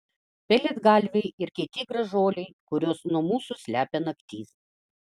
pelėdgalviai ir kiti gražuoliai kuriuos nuo mūsų slepia naktis